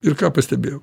ir ką pastebėjau